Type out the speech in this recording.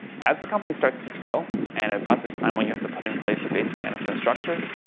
as the company starts to scale, and about this time when you have to put in place a basic management structure.